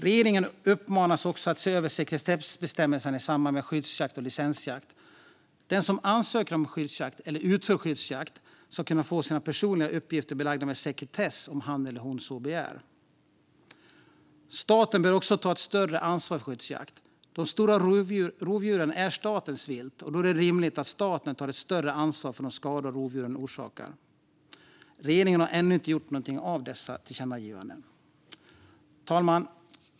Regeringen uppmanas också att se över sekretessbestämmelserna i samband med skyddsjakt och licensjakt. Den som ansöker om skyddsjakt eller utför skyddsjakt ska kunna få sina personliga uppgifter belagda med sekretess om han eller hon så begär. Staten bör också ta ett större ansvar för skyddsjakt. De stora rovdjuren är statens vilt, och då är det rimligt att staten tar ett större ansvar för de skador rovdjuren orsakar. Regeringen har ännu inte gjort någonting av dessa tillkännagivanden. Fru talman!